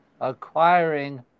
acquiring